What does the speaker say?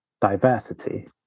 diversity